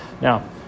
Now